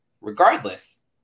regardless